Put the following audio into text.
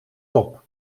top